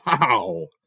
Wow